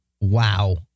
wow